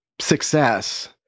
success